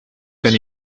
can